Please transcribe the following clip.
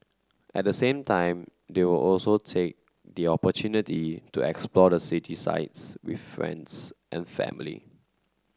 at the same time they will also take the opportunity to explore the city sights with friends and family